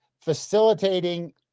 facilitating